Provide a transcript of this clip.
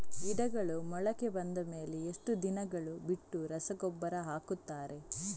ಗಿಡಗಳು ಮೊಳಕೆ ಬಂದ ಮೇಲೆ ಎಷ್ಟು ದಿನಗಳು ಬಿಟ್ಟು ರಸಗೊಬ್ಬರ ಹಾಕುತ್ತಾರೆ?